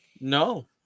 no